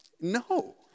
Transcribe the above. No